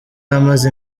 amaze